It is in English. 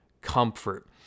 comfort